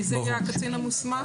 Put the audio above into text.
מי זה הקצין המוסמך?